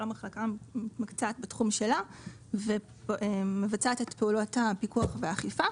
כל מחלקה מתמקצעת בתחום שלה ומבצעת את פעולות הפיקוח והאכיפה.